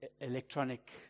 electronic